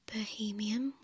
Bohemian